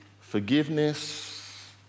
forgiveness